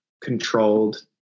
controlled